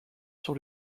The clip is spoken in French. sur